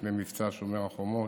לפני מבצע שומר החומות,